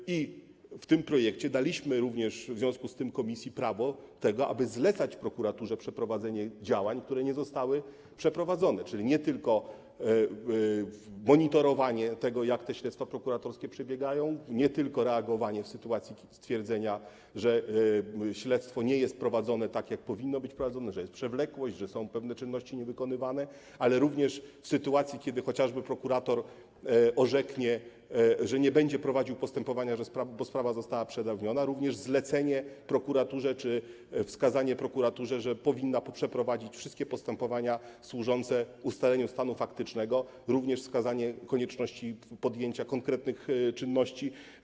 W związku z tym daliśmy komisji w tym projekcie również prawo do tego, aby zlecać prokuraturze przeprowadzenie działań, które nie zostały przeprowadzone, czyli nie tylko monitorowanie tego, jak te śledztwa prokuratorskie przebiegają, nie tylko reagowanie w sytuacji stwierdzenia, że śledztwo nie jest prowadzone tak, jak powinno być prowadzone, że jest przewlekłość, że pewne czynności są nie wykonywane, ale również w sytuacji, kiedy chociażby prokurator orzeknie, że nie będzie prowadził postępowania, bo sprawa została przedawniona, ale również zlecenie prokuraturze czy wskazanie prokuraturze, że powinna przeprowadzić wszystkie postępowania służące ustaleniu stanu faktycznego, również wskazanie konieczności podjęcia konkretnych czynności.